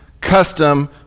custom